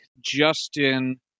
Justin